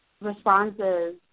responses